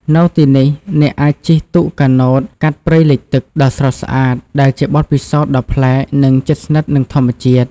នៅទីនេះ អ្នកអាចជិះទូកកាណូតកាត់ព្រៃលិចទឹក ដ៏ស្រស់ស្អាត ដែលជាបទពិសោធន៍ដ៏ប្លែក និងជិតស្និទ្ធនឹងធម្មជាតិ។